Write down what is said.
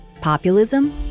populism